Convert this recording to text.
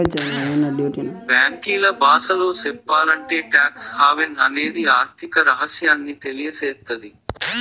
బ్యాంకీల బాసలో సెప్పాలంటే టాక్స్ హావెన్ అనేది ఆర్థిక రహస్యాన్ని తెలియసేత్తది